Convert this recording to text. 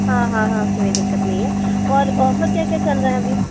हाँ हाँ हाँ कोई दिक्कत नहीं है और ऑफर क्या क्या चल रहें हैं अभी